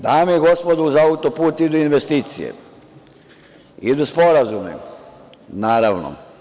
Dame i gospodo, uz auto-put idu i investicije, idu sporazumi, naravno.